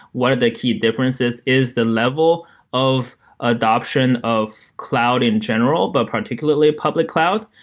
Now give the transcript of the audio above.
one of the key differences is the level of adaption of cloud in general, but particularly public cloud.